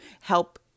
help